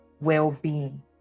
well-being